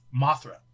Mothra